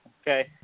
Okay